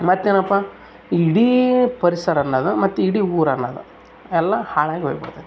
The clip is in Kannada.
ಮತ್ತೇನಪ್ಪ ಇಡೀ ಪರಿಸರನ್ನೋದು ಮತ್ತು ಇಡೀ ಊರಿನಾಗ ಎಲ್ಲ ಹಾಳಾಗಿ ಹೊಗ್ಬಿಡ್ತದೆ